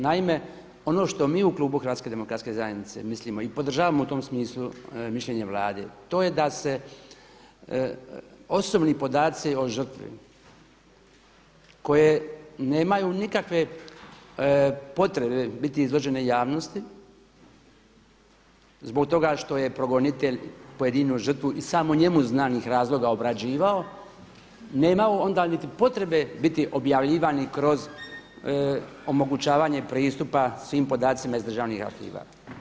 Naime, ono što mi u klubu Hrvatske demokratske zajednice mislimo i podržavamo u tom smislu mišljenje Vlade to je da se osobni podaci o žrtvi koje nemaju nikakve potrebe biti izložene javnosti zbog toga što je progonitelj pojedinu žrtvu iz samo njenih razloga obrađivao nemao onda niti potrebe biti objavljivani kroz omogućavanje pristupa svim podacima iz državnih arhiva.